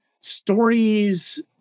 stories